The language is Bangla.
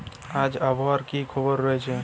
আজ আবহাওয়ার কি খবর রয়েছে?